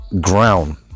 ground